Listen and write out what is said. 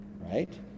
right